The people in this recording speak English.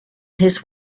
his